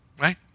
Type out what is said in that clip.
Right